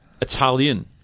Italian